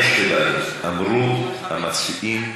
אמרו המציעים,